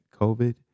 COVID